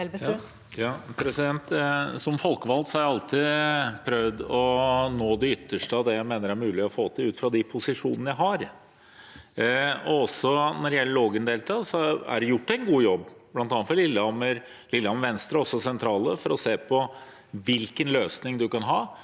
Som folkevalgt har jeg alltid prøvd å nå det ytterste av det jeg mener er mulig å få til ut fra de posisjonene jeg har. Også når det gjelder Lågendeltaet, er det gjort en god jobb, bl.a. fra Lillehammer Venstre, også sentralt, for å se på hvilken løsning man kan ha,